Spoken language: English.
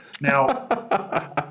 Now